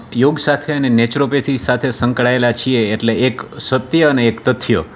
યોગ સાથે અને નેચરોપેથી સાથે સંકળાયેલા છીએ એટલે એક સત્ય અને એક તથ્ય